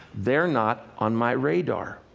they're not on my radar.